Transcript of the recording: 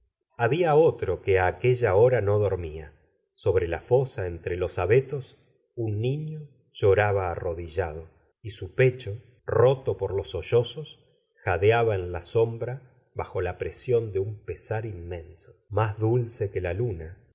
habia otro que á aquella hora no dormía sobre la fosa entre los abetos un niño lloraba arrodillado y su pecho roto por los sollozos jadeaba en la sombra bajo la presión de tm pesar inmenso más dulce que la luna